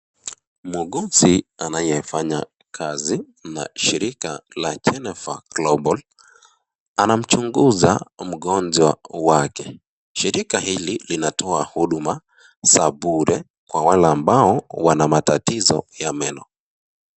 Muuguzi anayefanya kazi na Shirika la Geneva Global anamchunguza mgonjwa wake. Shirika hili linatoa huduma za bure kwa wale ambao wana matatizo ya meno.